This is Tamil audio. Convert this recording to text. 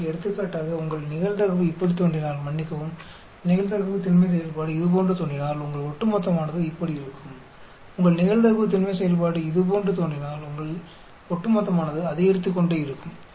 எனவே எடுத்துக்காட்டாக உங்கள் நிகழ்தகவு இப்படித் தோன்றினால் மன்னிக்கவும் நிகழ்தகவு திண்மை செயல்பாடு இதுபோன்று தோன்றினால் உங்கள் ஒட்டுமொத்தமானது இப்படி இருக்கும் உங்கள் நிகழ்தகவு திண்மை செயல்பாடு இதுபோன்று தோன்றினால் உங்கள் ஒட்டுமொத்தமானது அதிகரித்துக்கொண்டே இருக்கும்